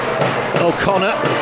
O'Connor